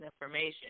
information